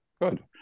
Good